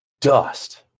Dust